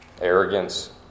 arrogance